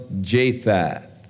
Japheth